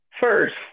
First